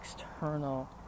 external